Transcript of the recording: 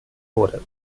wurde